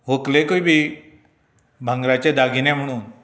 व्हंकलेकूय बी भांगराचे दागिने म्हणून